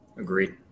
Agreed